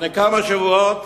לפני כמה שבועות